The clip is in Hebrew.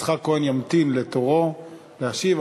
יצחק כהן ימתין לתורו להשיב.